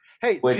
Hey